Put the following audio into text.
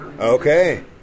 Okay